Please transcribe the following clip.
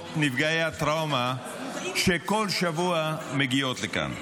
נפגעי הטראומה שבכל שבוע מגיעות לכאן.